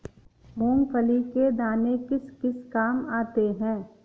मूंगफली के दाने किस किस काम आते हैं?